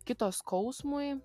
kito skausmui